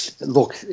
Look